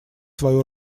свою